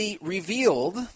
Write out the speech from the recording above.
revealed